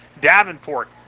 Davenport